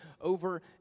over